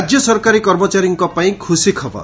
ରାଜ୍ୟ ସରକାରୀ କର୍ମଚାରୀଙ୍କ ପାଇଁ ଖୁସି ଖବର